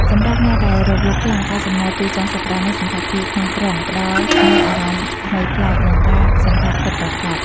សម្រាប់អ្នកដែលរវល់ខ្លាំង ការចំណាយពេលចុងសប្តាហ៍នៅសណ្ឋាគារក្នុងក្រុង ផ្ដល់នូវអារម្មណ៍ថ្មីប្លែក និងការសម្រាកពិតប្រាកដ។